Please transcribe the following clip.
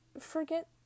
forget